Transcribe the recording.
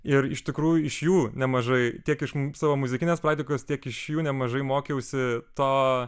ir iš tikrųjų iš jų nemažai tiek iš savo muzikinės praktikos tiek iš jų nemažai mokiausi to